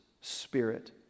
spirit